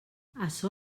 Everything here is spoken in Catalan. açò